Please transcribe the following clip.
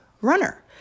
runner